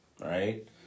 right